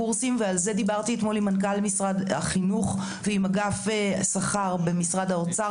דיברתי על כך אתמול עם מנכ"ל משרד החינוך ועם אגף שכר במשרד האוצר.